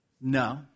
No